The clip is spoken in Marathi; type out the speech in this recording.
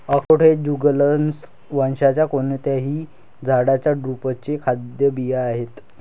अक्रोड हे जुगलन्स वंशाच्या कोणत्याही झाडाच्या ड्रुपचे खाद्य बिया आहेत